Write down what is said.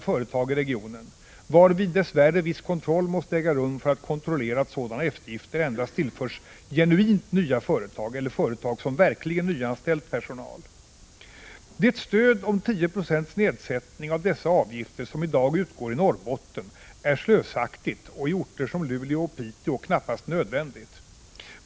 1985/86:149 företag i regionen, varvid dess värre viss kontroll måste ske av att sådana 22 maj 1986 eftergifter medges endast genuint nya företag eller företag som verkligen nyanställt personal. Det stöd i form av 10 96 nedsättning av avgifterna som i dag utgår i Norrbotten är slösaktigt och i orter som Luleå och Piteå knappast nödvändigt.